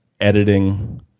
editing